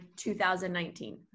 2019